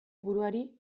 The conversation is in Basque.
buruari